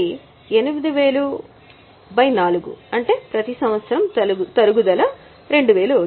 కాబట్టి 80004 అంటే ప్రతి సంవత్సరం తరుగుదల 2000 అవుతుంది